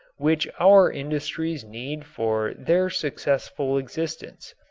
which our industries need for their successful existence.